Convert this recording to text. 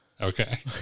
Okay